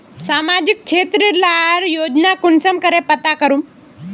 सामाजिक क्षेत्र लार योजना कुंसम करे पता करूम?